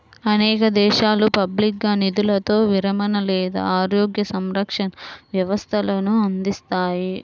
అనేక దేశాలు పబ్లిక్గా నిధులతో విరమణ లేదా ఆరోగ్య సంరక్షణ వ్యవస్థలను అందిస్తాయి